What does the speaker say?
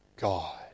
God